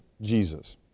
Jesus